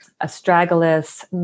astragalus